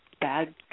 bad